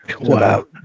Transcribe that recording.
Wow